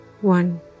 one